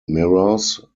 mirrors